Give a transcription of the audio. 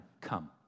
come